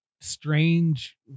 strange